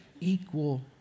equal